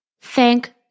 thank